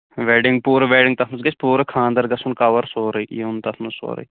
wedding پوٗرا wedding تَتھ منٛز گژھِ پوٗرٕ خاندر گژھُن کَور سورُے یِم تَتھ منٛز سورُے